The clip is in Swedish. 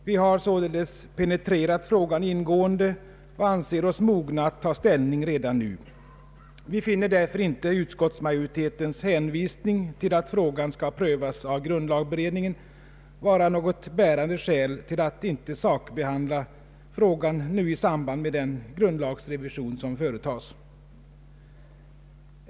Vi har således penetrerat frågan ingående och anser oss mogna att ta ställning redan nu. Vi finner därför inte utskottsmajoritetens hänvisning till att frågan skall prövas av grundlagberedningen vara något bärande skäl till att inte sakbenandla frågan i samband med den grundlagsrevision som nu företas.